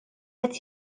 qed